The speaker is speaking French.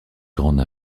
grande